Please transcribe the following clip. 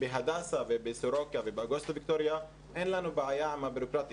בהדסה ובסורוקה ובאוגוסטה ויקטוריה אין לנו בעיה עם הבירוקרטיה,